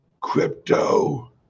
Crypto